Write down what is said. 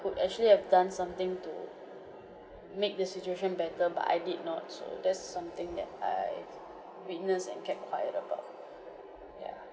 could actually have done something to make the situation better but I did not so that's something that I witnessed and kept quiet about yeah